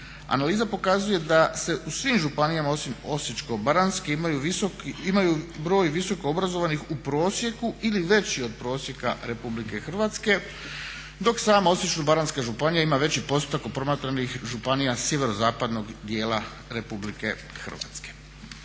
analiza pokazuje da se u svim županijama osim Osječko-baranjske imaju broj visokoobrazovanih u prosjeku ili veći od prosjeka RH dok samo Osječko-baranjska županija ima veći postotak od promatranih županija sjeverozapadnog dijela RH.